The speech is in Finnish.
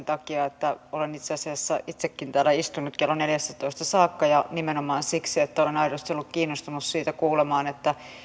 takia että olen itse asiassa itsekin täällä istunut kello neljästätoista saakka ja nimenomaan siksi että olen aidosti ollut kiinnostunut kuulemaan siitä